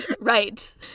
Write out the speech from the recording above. right